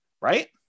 right